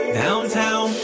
downtown